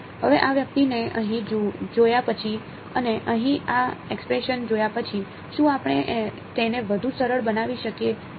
હવે આ વ્યક્તિને અહીં જોયા પછી અને અહીં આ એક્સપ્રેસન જોયા પછી શું આપણે તેને વધુ સરળ બનાવી શકીએ